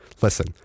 listen